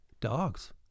dogs